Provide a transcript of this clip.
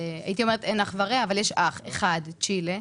הייתי אומרת שאין אח ורע, אבל יש אח אחד, צ'ילה.